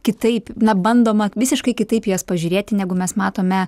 kitaip na bandoma visiškai kitaip į jas pažiūrėti negu mes matome